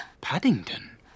Paddington